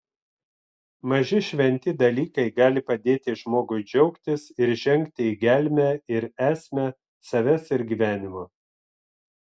maži šventi dalykai gali padėti žmogui džiaugtis ir žengti į gelmę ir esmę savęs ir gyvenimo